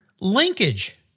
Linkage